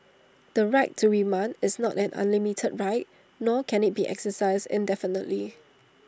the right to remand is not an unlimited right nor can IT be exercised indefinitely